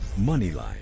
Moneyline